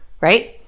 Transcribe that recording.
right